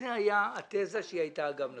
זו הייתה התזה, שהיא הייתה אגב נכונה.